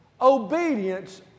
Obedience